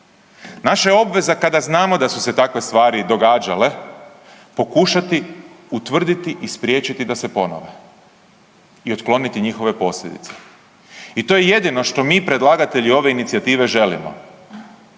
Naša je obveza kada znamo da su se takve stvari događale pokušati utvrditi i spriječiti da se ponove i otkloniti njihove posljedice. I to je jedino što mi predlagatelji ove inicijative želimo